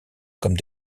comme